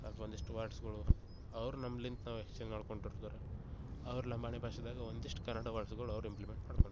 ಹಾಗು ಒಂದಿಷ್ಟು ವರ್ಡ್ಸ್ಗಳು ಅವರು ನಮ್ಗಿಂತ ನಾವು ಹೆಚ್ಚಿನ ನೊಡ್ಕೊಂಡ್ ಬರ್ತಿದ್ದಾರೆ ಅವರು ಲಂಬಾಣಿ ಭಾಷೆದಾಗ ಒಂದಿಷ್ಟು ಕನ್ನಡ ವರ್ಡ್ಸ್ಗಳು ಅವರು ಇಂಪ್ಲಿಮೆಂಟ್ ಮಾಡ್ಕೊಂಡಿರೋ